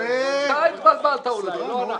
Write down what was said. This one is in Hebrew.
אתה התבלבלת אולי, לא אנחנו.